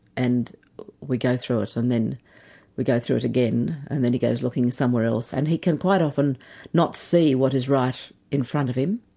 and we go through it and then we go through it again and then he goes looking somewhere else and he can quite often not see what is right in front of him.